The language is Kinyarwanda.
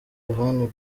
yohani